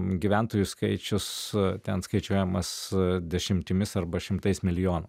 gyventojų skaičius ten skaičiuojamas dešimtimis arba šimtais milijonų